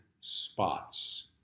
spots